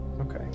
okay